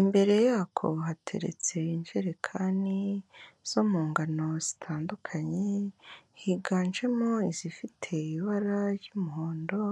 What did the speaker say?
imbere yako hateretse injerekani zo mu ngano zitandukanye, higanjemo izifite ibara ry'umuhondo.